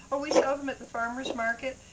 well, we sell them at the farmer's market.